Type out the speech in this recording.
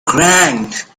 grand